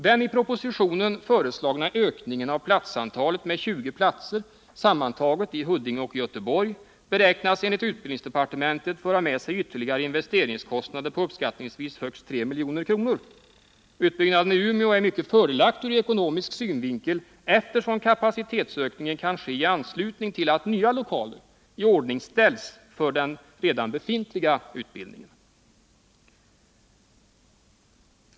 Den i propositionen föreslagna ökningen av platsantalet med 20 platser sammantaget i Huddinge och Göteborg beräknas enligt utbildningsdepartementet föra med sig ytterligare investeringskostnader på uppskattningsvis högst 3 milj.kr. Utbyggnaden i Umeå är mycket fördelaktig ur ekonomisk synvinkel, eftersom kapacitetsökningen kan ske i anslutning till att nya lokaler iordningställs för den redan befintliga utbildningen.